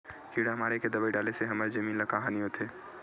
किड़ा मारे के दवाई डाले से हमर जमीन ल का हानि होथे?